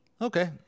Okay